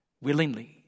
willingly